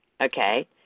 Okay